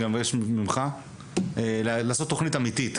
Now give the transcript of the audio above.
אני מבקש גם ממך לעשות תוכנית אמיתית,